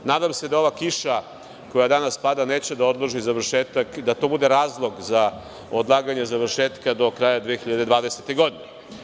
Nadam se da ova kiša koja danas pada neće da odloži završetak, da to bude razlog za odlaganje završetka do kraja 2020. godine.